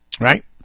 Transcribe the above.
Right